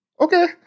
Okay